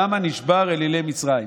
שם נשברו אלילי מצרים.